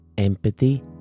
empathy